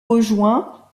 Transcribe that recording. rejoint